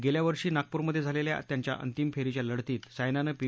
गेल्या वर्षी नागपूरमध्ये झालेल्या त्यांच्या अंतिम फेरीच्या लढतीत सायनानं पी